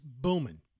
booming